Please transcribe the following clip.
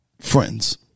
friends